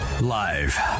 Live